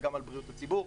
וגם על בריאות הציבור.